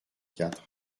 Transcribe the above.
quatre